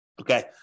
Okay